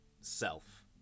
self